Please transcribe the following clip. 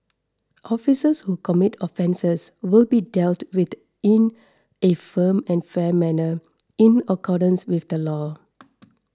officers who commit offences will be dealt with in a firm and fair manner in accordance with the law